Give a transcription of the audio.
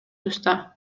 уста